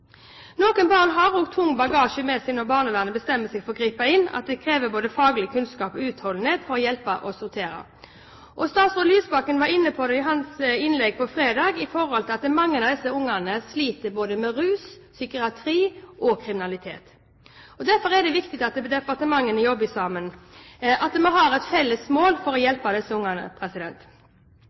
utholdenhet å hjelpe å sortere. Statsråd Lysbakken var i sitt innlegg fredag inne på at det er mange av disse ungene som sliter både med rus, psykiatri og kriminalitet. Derfor er det viktig at departementene jobber sammen, og at vi har et felles mål om å hjelpe disse ungene.